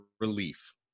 relief